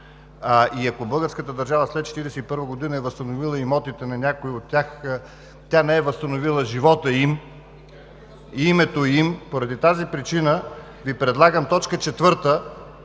Ако българската държава след 1941 г. е възстановила имотите на някои от тях, тя не е възстановила живота и името им. Поради тази причина Ви предлагам тире четвърто